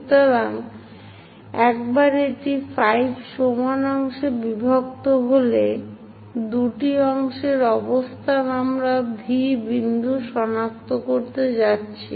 সুতরাং একবার এটি 5 সমান অংশে বিভক্ত হলে দুটি অংশের অবস্থান আমরা V বিন্দু সনাক্ত করতে যাচ্ছি